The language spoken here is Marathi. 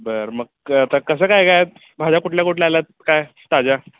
बरं मग आता कसं काय काय भाज्या कुठल्या कुठल्या आल्या आहेत काय ताज्या